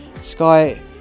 Sky